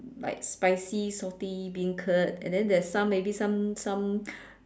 like spicy salty beancurd and then there's some maybe some some